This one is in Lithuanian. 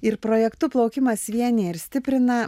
ir projektu plaukimas vienija ir stiprina